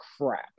crap